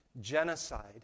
genocide